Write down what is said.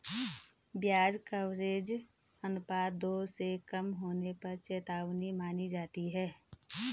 ब्याज कवरेज अनुपात दो से कम होने पर चेतावनी मानी जाती है